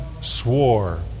swore